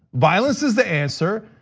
violence is the answer.